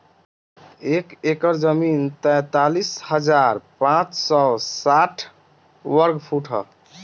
एक एकड़ जमीन तैंतालीस हजार पांच सौ साठ वर्ग फुट ह